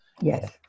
Yes